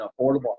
affordable